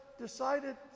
decided